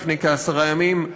לפני כעשרה ימים,